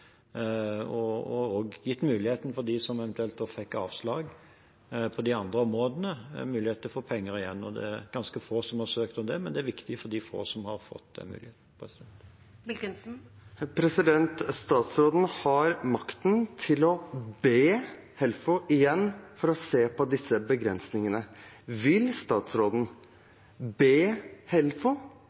og også gitt muligheten for dem som eventuelt fikk avslag på de andre områdene, til å få penger igjen. Det er ganske få som har søkt om det, men det er viktig for de få som har fått den muligheten. Statsråden har makten til å be Helfo igjen om å se på disse begrensningene. Vil statsråden be Helfo